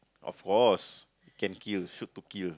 of course can kill shoot to kill